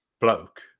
bloke